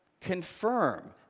confirm